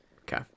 Okay